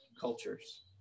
cultures